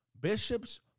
bishops